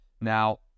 Now